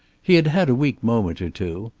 he had had a weak moment or two.